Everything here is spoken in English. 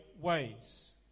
ways